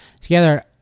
together